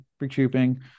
recouping